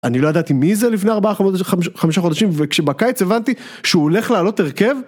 אני לא ידעתי מי זה לפני 4-5 חודשים ובקיץ הבנתי שהוא הולך לעלות הרכב.